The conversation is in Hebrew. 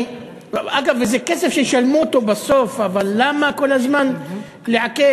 אגב, זה כסף שישלמו בסוף, אבל למה כל הזמן לעכב?